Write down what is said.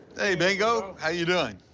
hey bingo, how you doing? oh,